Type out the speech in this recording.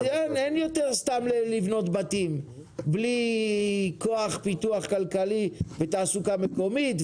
אז אין יותר סתם לבנות בתים בלי כוח פיתוח כלכלי ותעסוקה מקומית,